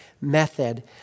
method